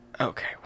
Okay